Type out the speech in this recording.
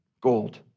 gold